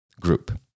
group